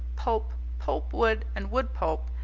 pulp, pulpwood, and woodpulp,